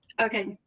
okay.